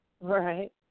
Right